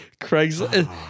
craigslist